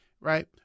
Right